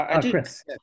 Chris